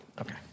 Okay